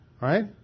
Right